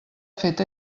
fet